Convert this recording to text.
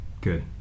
Good